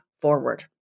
forward